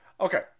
Okay